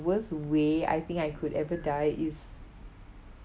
worst way I think I could ever die is